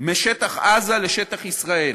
משטח עזה לשטח ישראל.